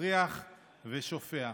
מזריח ושופע".